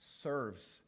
serves